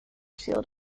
sealed